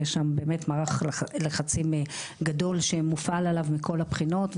יש שם באמת מערך לחצים גדול שמופעל עליו מכל הבחינות,